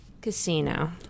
Casino